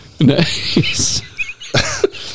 Nice